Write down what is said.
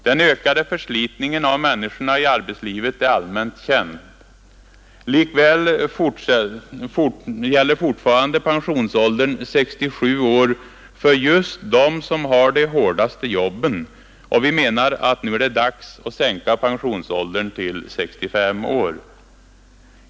Den ökade förslitningen av människorna i arbetslivet är allmänt känd. Likväl gäller fortfarande pensionsåldern 67 år för just dem som har de hårdaste jobben. Vi menar att det nu är dags att sänka pensionsåldern till 65 år.